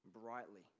brightly